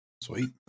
Sweet